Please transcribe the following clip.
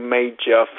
major